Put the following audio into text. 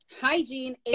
Hygiene